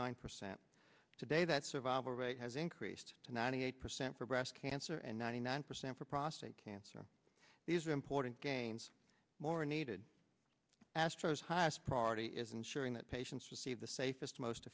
nine percent today that survival rate has increased to ninety eight percent for breast cancer and ninety nine percent for prostate cancer these are important games more needed astro's highest priority is ensuring that patients receive the safest most